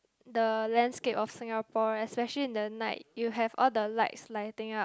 the landscape of Singapore especially in the night you have all the lights lighting up